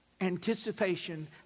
anticipation